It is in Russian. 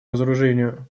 разоружению